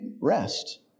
rest